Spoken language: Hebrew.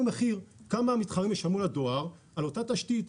כמה המתחרים ישלמו לדואר על אותה תשתית.